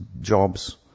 jobs